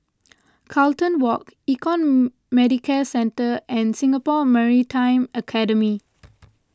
Carlton Walk Econ Medicare Centre and Singapore Maritime Academy